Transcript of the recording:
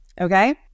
okay